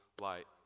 light